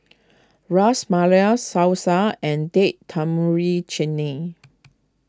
Ras Malai Salsa and Date Tamarind Chim lee